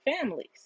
families